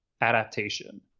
adaptation